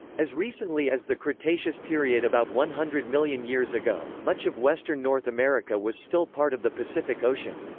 as recently as the cretaceous period about one hundred million years ago, much of western north america was still part of the pacific ocean.